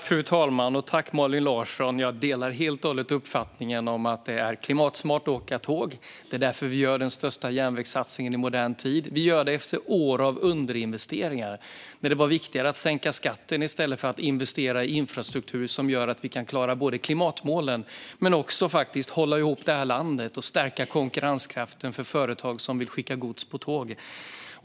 Fru talman! Jag delar helt och hållet uppfattningen om att det är klimatsmart att åka tåg. Det är därför vi gör den största järnvägssatsningen i modern tid. Vi gör det efter år av underinvesteringar då det var viktigare att sänka skatten i stället för att investera i infrastruktur som gör att vi kan klara klimatmålen men också hålla ihop landet och stärka konkurrenskraften för företag som vill skicka gods på tåg.